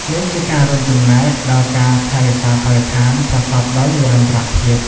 នេះជាការរួមចំណែកដល់ការថែរក្សាបរិស្ថានប្រកបដោយនិរន្តរភាព។